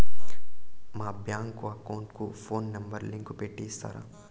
మా bank account కు phone number link పెట్టి ఇస్తారా?